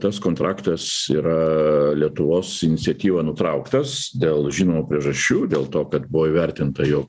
tas kontraktas yra lietuvos iniciatyva nutrauktas dėl žinomų priežasčių dėl to kad buvo įvertinta jog